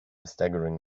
staggering